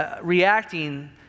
reacting